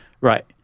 Right